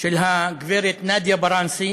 של הגברת נאדיה בראנסי